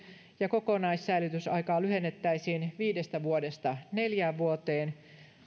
ja kokonaissäilytysaikaa lyhennettäisiin viidestä vuodesta neljään vuoteen